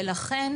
ולכן,